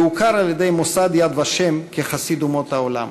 והוכר על-ידי מוסד "יד ושם" כחסיד אומות העולם.